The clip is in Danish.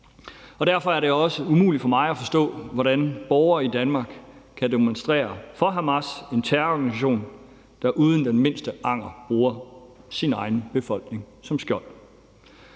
er. Derfor er det også umuligt for mig at forstå, hvordan borgere i Danmark kan demonstrere for Hamas – en terrororganisation, der uden den mindste anger bruger sin egen befolkning som skjold.